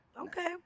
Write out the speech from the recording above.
Okay